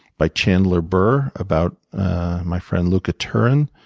by chandler burr, about my friend luke tern.